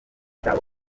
cyabo